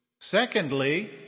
Secondly